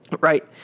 Right